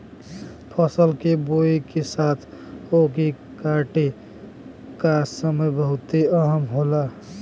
फसल के बोए के साथ ओके काटे का समय बहुते अहम होला